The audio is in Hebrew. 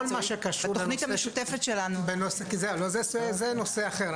התוכנית המשותפת שלנו- זה נושא אחר,